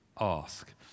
ask